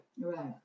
Right